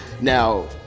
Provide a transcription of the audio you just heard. now